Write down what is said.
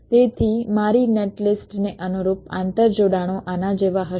તેથી મારી net list ને અનુરૂપ આંતરજોડાણો આના જેવા હશે